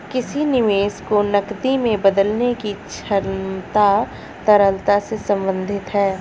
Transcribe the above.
किसी निवेश को नकदी में बदलने की क्षमता तरलता से संबंधित है